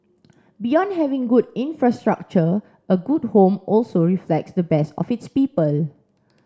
beyond having good infrastructure a good home also reflects the best of its people